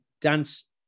Dance